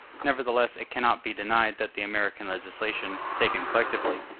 nevertheless, it cannot be denied that the american legislation, taken collectively,